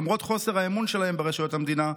למרות חוסר האמון שלהן ברשויות המדינה,